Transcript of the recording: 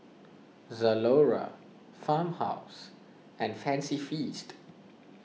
Zalora Farmhouse and Fancy Feast